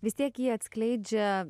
vis tiek jį atskleidžia